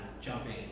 jumping